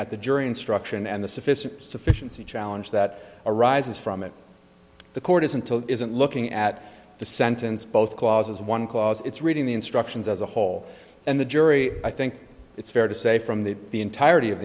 at the jury instruction and the sufficient sufficiency challenge that arises from it the court isn't to isn't looking at the sentence both clauses one clause it's reading the instructions as a whole and the jury i think it's fair to say from the the entirety of